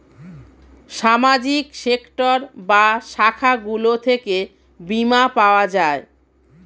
সামাজিক সেক্টর বা শাখাগুলো থেকে বীমা পাওয়া যায়